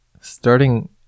starting